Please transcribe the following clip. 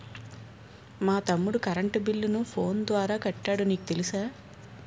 మా తమ్ముడు కరెంటు బిల్లును ఫోను ద్వారా కట్టాడు నీకు తెలుసా